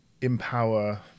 empower